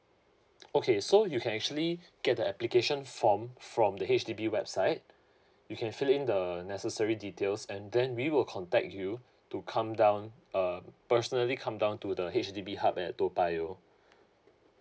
okay so you can actually get the application form from the H_D_B website you can fill in the necessary details and then we will contact you to come down uh personally come down to the H_D_B help at toa payoh